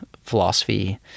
philosophy